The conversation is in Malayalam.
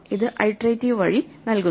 ഇത് ഐട്രേറ്റിവ് വഴി നൽകുന്നു